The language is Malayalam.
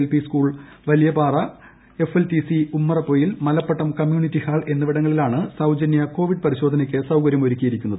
L P school Valiyapara F L T C Ummarappoyil Malappattam community hall എന്നിവിടങ്ങളിലാണ് സൌജനൃ കൊവിഡ് പരിശോധനയ്ക്ക് സൌകര്യമൊരുക്കിയിരിക്കുന്നത്